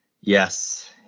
Yes